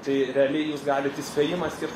tai realiai jūs galit įspėjimą skirt